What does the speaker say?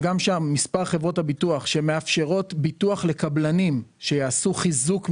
כי גם שם מספר חברות הביטוח שנותנות ביטוח הוא כמעט אפסי,